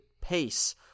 pace